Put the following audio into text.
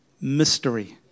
Mystery